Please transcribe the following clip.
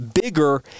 bigger